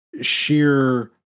sheer